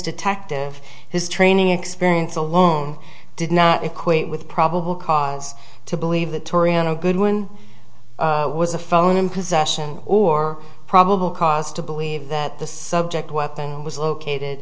detective his training experience alone did not equate with probable cause to believe the turion a good woman was a phone in possession or probable cause to believe that the subject weapon was located